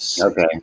Okay